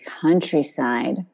countryside